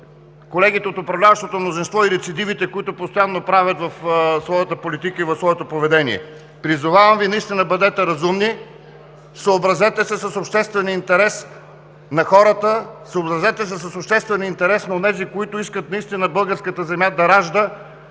колегите от управляващото мнозинство и рецидивите, които постоянно правят в своята политика и в своето поведение. Призовавам Ви: бъдете наистина разумни, съобразете се с обществения интерес на хората, съобразете се с обществения интерес на онези, които искат наистина българската земя да ражда,